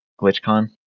GlitchCon